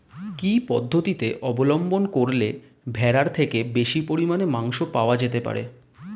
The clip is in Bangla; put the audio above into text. কি পদ্ধতিতে অবলম্বন করলে ভেড়ার থেকে বেশি পরিমাণে মাংস পাওয়া যেতে পারে?